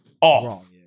off